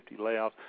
layoffs